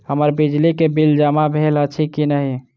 हम्मर बिजली कऽ बिल जमा भेल अछि की नहि?